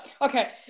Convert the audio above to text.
okay